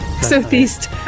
Southeast